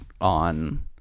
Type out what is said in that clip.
on